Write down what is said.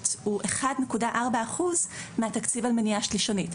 הוא אחד נקודה ארבעה אחוז מהתקציב למניעה שלישונית.